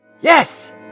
Yes